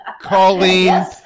Colleen